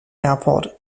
airport